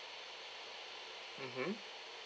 mmhmm